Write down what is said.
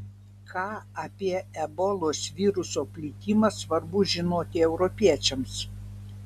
ką apie ebolos viruso plitimą svarbu žinoti europiečiams